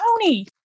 Tony